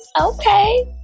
okay